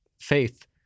faith